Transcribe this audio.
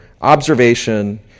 observation